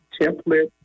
template